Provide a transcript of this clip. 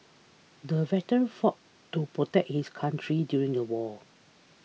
the veteran fought to protect his country during the war